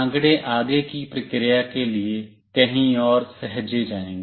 आंकड़े आगे की प्रक्रिया के लिए कहीं और सहेजें जाएंगे